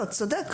צודק.